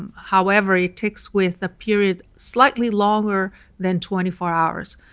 and however, it ticks with a period slightly longer than twenty four hours.